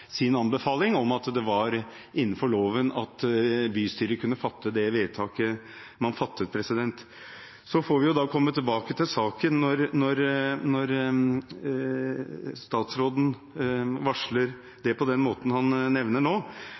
sin anbefaling om at det var innenfor loven at bystyret kunne fatte det vedtaket man fattet. Så får vi komme tilbake til saken på den måten som statsråden varsler